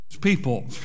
people